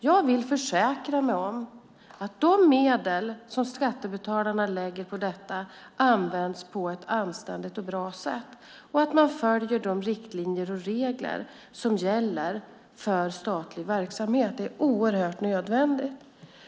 Jag vill försäkra mig om att de medel som skattebetalarna lägger på detta används på ett anständigt och bra sätt och att man följer de riktlinjer och regler som gäller för statlig verksamhet. Det är oerhört nödvändigt.